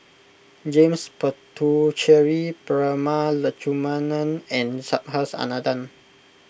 James Puthucheary Prema Letchumanan and Subhas Anandan